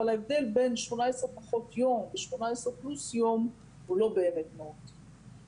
אבל ההבדל בין 18 פחות יום ו-18 פלוס יום הוא לא באמת מהותי.